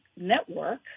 network